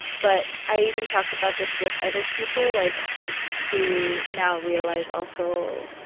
but i even talked about this with other people like who now realize also,